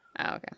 okay